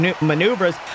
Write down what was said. maneuvers